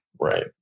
Right